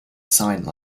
sign